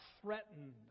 threatened